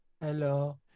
Hello